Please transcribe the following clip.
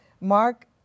Mark